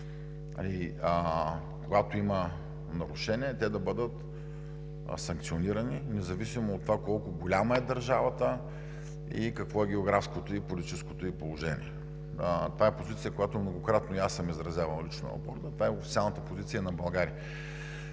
когато има нарушения, те да бъдат санкционирани, независимо от това колко голяма е държавата и какво е географското и политическото ѝ положение. Това е позиция, която многократно и аз съм изразявал лично, това е официалната позиция на България.